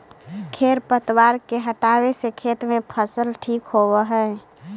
खेर पतवार के हटावे से खेत में फसल ठीक होबऽ हई